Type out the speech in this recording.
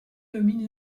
domine